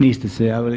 Niste se javili.